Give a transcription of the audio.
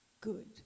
good